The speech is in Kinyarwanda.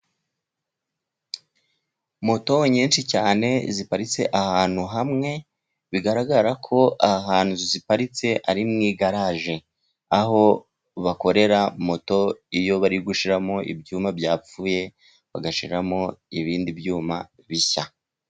Moto nyinshi cyane ziparitse ahantu hamwe bigaragara ko aha hantu ziparitse ari mu igarage, aho bakorera moto iyo bari gushyiramo ibyuma byapfuye bagashiramo ibindi byuma bishya.